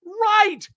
right